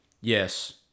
yes